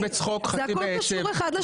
זה הכל קשור אחד לשני.